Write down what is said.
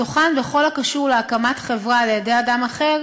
ומתוכן, בכל הקשור להקמת חברה על-ידי אדם אחר,